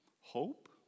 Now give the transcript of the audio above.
hope